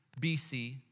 BC